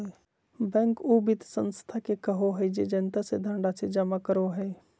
bank उ वित संस्था के कहो हइ जे जनता से धनराशि जमा करो हइ